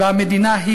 והמדינה,